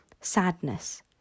sadness